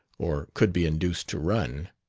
or could be induced to run.